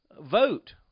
vote